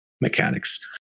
mechanics